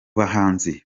bahanzi